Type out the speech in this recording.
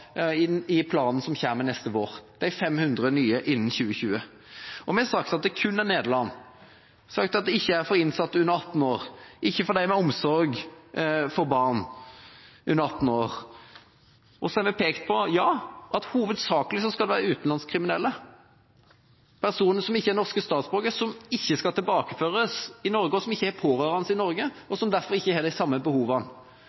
inn i planen som kommer neste vår, de 500 nye innen 2020. Vi har sagt at det kun er Nederland, sagt at det ikke er for innsatte under 18 år, ikke for dem med omsorg for barn under 18 år. Og vi har pekt på at ja, hovedsakelig skal det være utenlandske kriminelle, personer som ikke er norske statsborgere, som ikke skal tilbakeføres i Norge, og som ikke har pårørende i Norge, og som derfor ikke har de samme behovene,